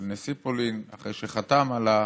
של נשיא פולין, אחרי שחתם על ההחלטה,